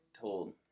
told